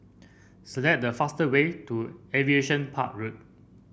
select the fastest way to Aviation Park Road